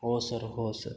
हो सर हो सर